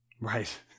Right